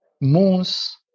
moons